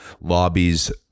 lobbies